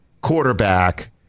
quarterback